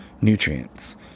nutrients